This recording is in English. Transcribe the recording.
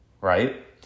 right